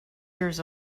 years